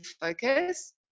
focus